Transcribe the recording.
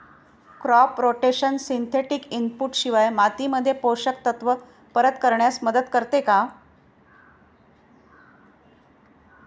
Crop rotation synthetic input शिवाय मातीमध्ये पोषक तत्त्व परत करण्यास मदत करते का?